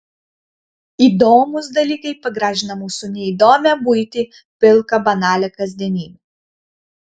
įdomūs dalykai pagražina mūsų neįdomią buitį pilką banalią kasdienybę